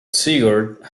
sigurd